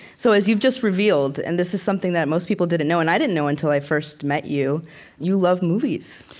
so as you've just revealed, and this is something that most people didn't know and i didn't know until i first met you you love movies.